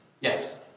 Yes